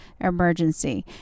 emergency